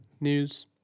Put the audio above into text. news